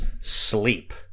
sleep